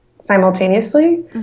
simultaneously